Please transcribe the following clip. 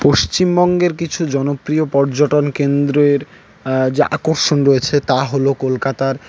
পশ্চিমবঙ্গের কিছু জনপ্রিয় পর্যটন কেন্দ্রের যে আকর্ষণ রয়েছে তা হলো কলকাতার